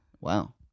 Wow